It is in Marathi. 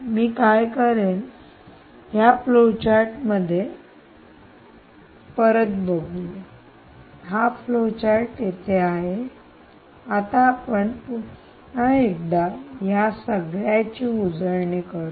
मी काय करेन या फ्लोचार्ट कडे परत वळूया माझ्याकडे हा फ्लोचार्ट येथे आहे आता आपण पुन्हा एकदा या सगळ्याची उजळणी करूया